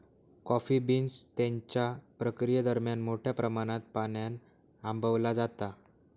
coffee beans त्यांच्या प्रक्रियेदरम्यान मोठ्या प्रमाणात पाण्यान आंबवला जाता